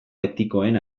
etikoen